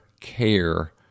care